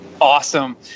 Awesome